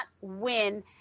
win